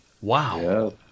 Wow